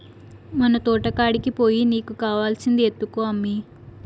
మన తోటకాడికి పోయి నీకు కావాల్సింది ఎత్తుకో అమ్మీ